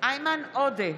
איימן עודה,